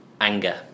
Anger